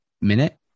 minute